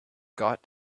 got